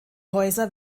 häuser